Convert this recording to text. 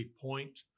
point